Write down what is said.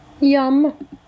Yum